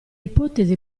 ipotesi